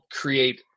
create